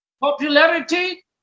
popularity